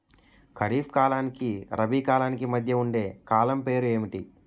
ఖరిఫ్ కాలానికి రబీ కాలానికి మధ్య ఉండే కాలం పేరు ఏమిటి?